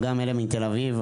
גם אלה מתל אביב,